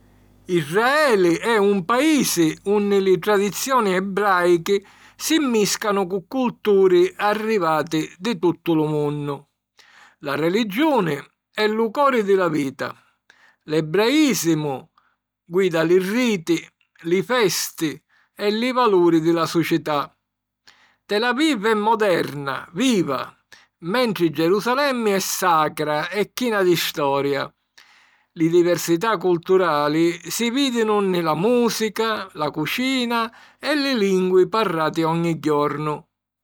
Israeli è un paisi unni li tradizioni ebràichi si mmìscanu cu culturi arrivati di tuttu lu munnu. La religiuni è lu cori di la vita: l’ebraìsimu guida li riti, li festi e li valuri di la sucità. Tel Aviv è moderna, viva, mentri Gerusalemmi è sacra e china di storia. Li diversità culturali si vìdinu nni la mùsica, la cucina e li lingui parrati ogni jornu.